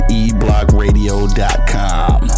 eBlockRadio.com